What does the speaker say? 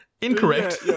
incorrect